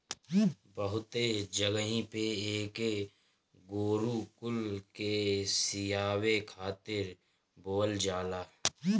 बहुते जगही पे एके गोरु कुल के खियावे खातिर बोअल जाला